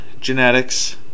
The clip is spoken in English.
genetics